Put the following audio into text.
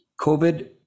COVID